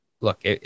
look